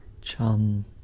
Chum